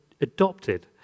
adopted